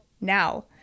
now